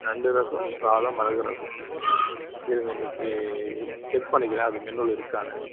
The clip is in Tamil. நண்டு ரசம் சாதம் மிளகு ரசம் இருங்க இன்னிக்கு செக் பண்ணிக்கிறேன் அது மெனுவில் இருக்கான்னு